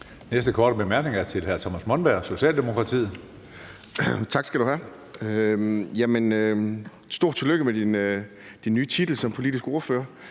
Næste korte bemærkning er til hr. Thomas Monberg, Socialdemokratiet. Kl. 17:25 Thomas Monberg (S): Tak. Stort tillykke med din nye titel som politisk ordfører,